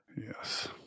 Yes